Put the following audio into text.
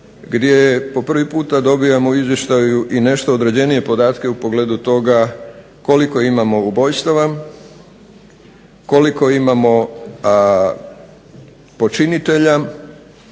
gdje po prvi puta u izvještaju dobivamo i nešto određenije podatke u pogledu toga koliko imamo ubojstava, koliko imamo počinitelja